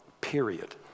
Period